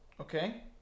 Okay